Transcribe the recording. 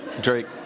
Drake